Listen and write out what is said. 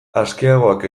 askeagoak